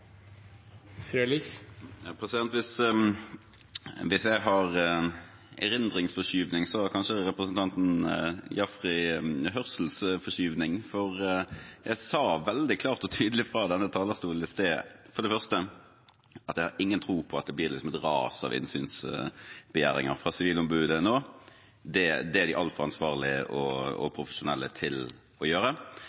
Hvis jeg har erindringsforskyvning, har kanskje representanten Jaffery hørselsforskyvning. For jeg sa veldig klart og tydelig fra denne talerstolen i sted at jeg, for det første, har ingen tro på at det blir et ras av innsynsbegjæringer fra Sivilombudet nå. Det er de altfor ansvarlige og